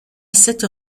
cette